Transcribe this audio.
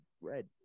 red